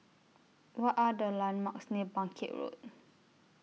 What Are The landmarks near Bangkit Road